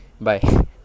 bye